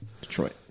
Detroit